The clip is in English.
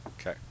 Okay